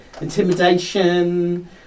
Intimidation